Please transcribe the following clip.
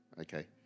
Okay